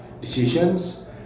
decisions